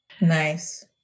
Nice